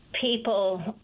people